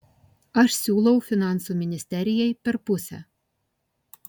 aš siūlau finansų ministerijai per pusę